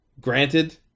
granted